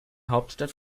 hauptstadt